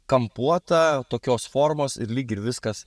kampuota tokios formos ir lyg ir viskas